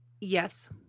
yes